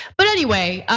but anyway,